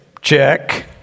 check